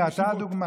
הינה, אתה הדוגמה.